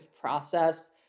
process